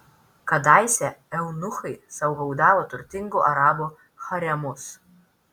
kadaise eunuchai saugodavo turtingų arabų haremus